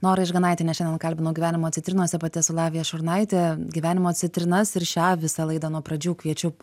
norą išganaitienę šiandien kalbinau gyvenimo citrinose pati esu lavija šurnaitė gyvenimo citrinas ir šią visą laidą nuo pradžių kviečiu